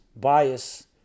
bias